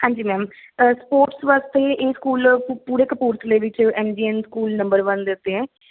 ਹਾਂਜੀ ma'am sports ਵਾਸਤੇ ਇਹ ਸਕੂਲ ਪੂ ਪੂਰੇ ਕਪੂਰਥਲੇ ਵਿੱਚ M G N school number one ਦੇ ਉੱਤੇ ਹੈ